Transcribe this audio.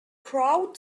crowd